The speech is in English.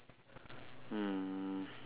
um